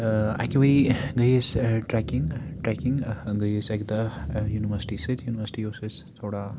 اَکہِ ؤریہِ گٔے أسۍ ٹرٛیکِنٛگ ٹرٛیکِنٛگ گٔے أسۍ اَکہِ دۄہ یونیؤرسٹی سۭتۍ یونیوَرسٹی اوس اَسہِ تھوڑا